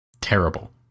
terrible